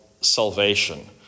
salvation